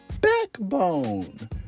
backbone